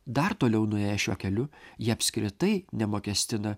dar toliau nuėję šiuo keliu jie apskritai nemokestina